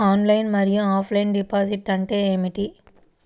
Online మరియు offline deposit అంటే ఏమిటి?